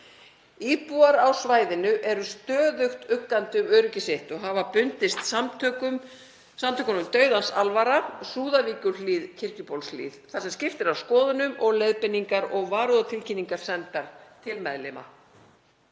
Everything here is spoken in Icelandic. Íbúar á svæðinu eru stöðugt uggandi um öryggi sitt og hafa bundist samtökunum „Dauðans alvara, Súðavíkurhlíð–Kirkjubólshlíð“ þar sem skipst er á skoðunum og leiðbeiningar og varúðartilkynningar sendar til meðlima.